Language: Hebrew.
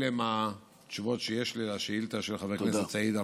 אלה התשובות שיש לי על השאילתה של חבר הכנסת סעיד אלחרומי.